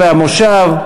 נא להצביע.